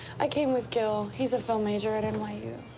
i came with gil. he's a film major at and like